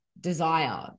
desire